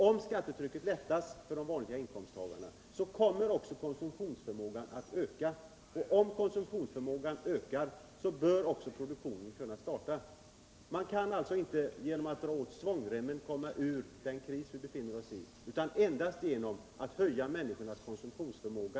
Om skattetrycket lättas för de vanliga inkomsttagarna, då kommer också konsumtionsförmågan att öka. Och om konsumtionsförmågan ökar, bör också produktionen kunna öka. Genom att dra åt svångremmen kan man inte komma ur den kris vi befinner oss i, utan endast genom att höja människornas konsumtionsförmåga.